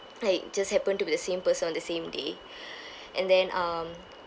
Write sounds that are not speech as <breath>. like just happened to be the same person on the same day <breath> and then um